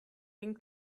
dem